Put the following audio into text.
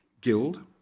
Guild